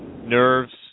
Nerves